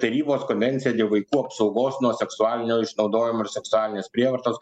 tarybos konvencija dėl vaikų apsaugos nuo seksualinio išnaudojimo ir seksualinės prievartos